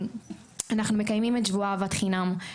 אנחנו מקיימים את שבוע אהבת חינם.